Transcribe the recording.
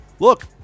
Look